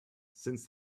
since